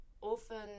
often